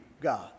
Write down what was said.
God